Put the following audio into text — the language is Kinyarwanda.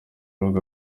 rubuga